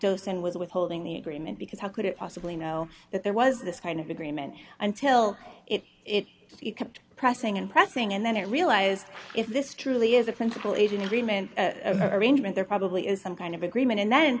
dos and was withholding the agreement because how could it possibly know that there was this kind of agreement until it kept pressing and pressing and then it realized if this truly is a principle even agreement arrangement there probably is some kind of agreement and then